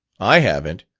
i haven't.